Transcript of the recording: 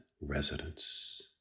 residence